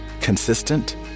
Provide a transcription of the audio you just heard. consistent